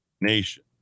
Nation